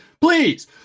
Please